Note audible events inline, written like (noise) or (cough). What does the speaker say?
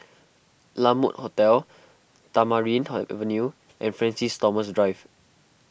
La Mode Hotel Tamarind (noise) Avenue and Francis Thomas Drive